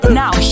now